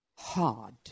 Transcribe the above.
Hard